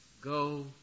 go